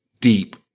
deep